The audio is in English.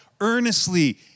earnestly